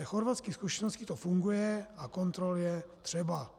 Dle chorvatských zkušeností to funguje a kontrol je třeba.